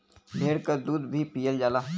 भेड़ क दूध भी पियल जाला